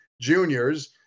juniors